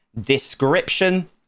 description